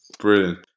Brilliant